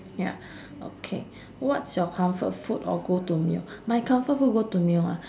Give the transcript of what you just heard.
ya okay what's your comfort food or go to meal my comfort food go to meal ah